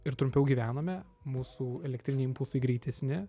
ir trumpiau gyvename mūsų elektriniai impulsai greitesni